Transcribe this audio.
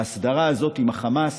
ההסדרה הזאת עם החמאס,